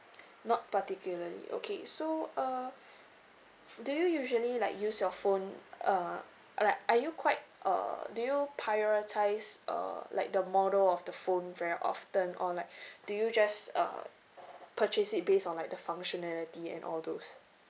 not particularly okay so uh do you usually like use your phone uh like are you quite uh do you prioritize uh like the model of the phone very often or like do you just uh purchase it based on like the functionality and all those